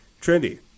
trendy